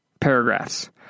paragraphs